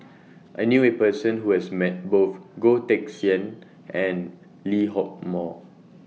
I knew A Person Who has Met Both Goh Teck Sian and Lee Hock Moh